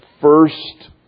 first